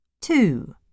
two